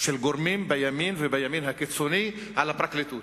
של גורמים בימין ובימין הקיצוני על הפרקליטות.